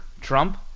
Trump